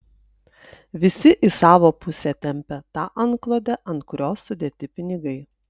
visi į savo pusę tempią tą antklodę ant kurios sudėti pinigai